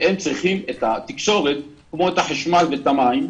שהם צריכים את התקשורת כמו את החשמל והמים,